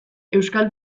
euskal